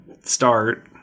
start